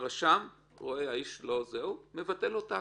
הרשם רואה את זה והוא מבטל לו את ההכרה.